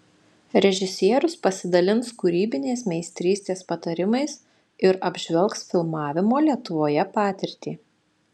režisierius pasidalins kūrybinės meistrystės patarimais ir apžvelgs filmavimo lietuvoje patirtį